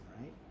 right